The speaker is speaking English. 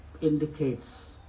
indicates